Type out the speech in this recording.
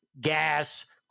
gas